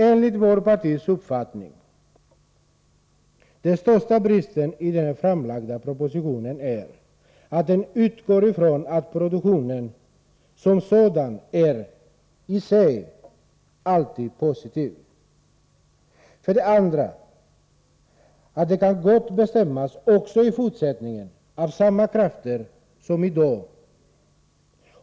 Enligt vårt partis uppfattning är den största bristen i den framlagda propositionen att den utgår ifrån att produktionen som sådan i sig är positiv. Vidare utgår den från att detta gott kan bestämmas också i fortsättningen av samma krafter som i dag.